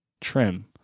trim